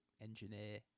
engineer